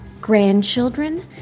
Grandchildren